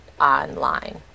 online